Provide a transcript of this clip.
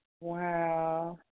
Wow